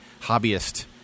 hobbyist